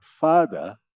father